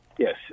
Yes